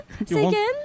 again